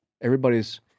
everybody's